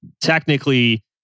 technically